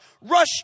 rush